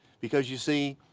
because you see,